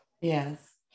Yes